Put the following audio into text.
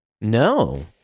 No